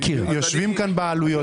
הנה הבעלויות,